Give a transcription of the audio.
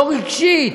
לא רגשית,